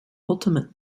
ultimate